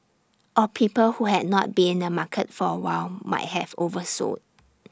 or people who had not been in the market for A while might have oversold